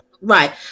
Right